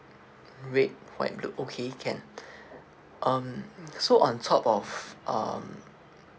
red white blue okay can um so on top of um